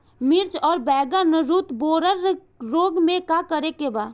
मिर्च आउर बैगन रुटबोरर रोग में का करे के बा?